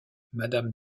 madame